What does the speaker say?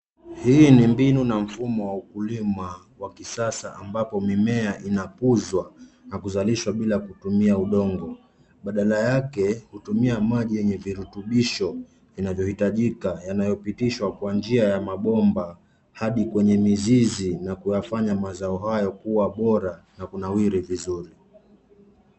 Hii ni mbinu na mfumo wa kilimo wa kisasa ambapo mimea inakuzwa na kuzalishwa bila kutumia udongo, badala yake kutumia maji yenye virutubisho vinavyohitajika yanayopitishwa kwa njia ya mabomba adi kwenye mizizi na kuyafanya mazao hayo kua bora na kunawiri vizuri.